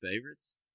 favorites